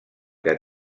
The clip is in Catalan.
que